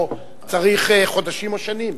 או צריך חודשים או שנים?